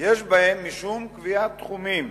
יש בהם משום קביעת תחומים